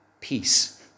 peace